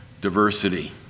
diversity